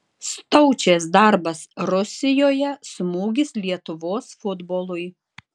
staučės darbas rusijoje smūgis lietuvos futbolui